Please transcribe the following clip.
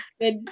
good